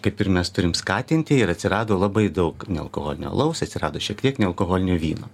kaip ir mes turim skatinti ir atsirado labai daug nealkoholinio alaus atsirado šiek tiek nealkoholinio vyno